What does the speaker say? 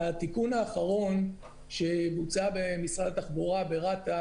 על התיקון האחרון שבוצע במשרד התחבורה ברת"א